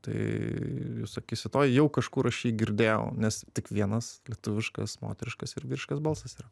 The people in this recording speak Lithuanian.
tai jūs sakysit o jau kažkur aš jį girdėjau nes tik vienas lietuviškas moteriškas ir vyriškas balsas yra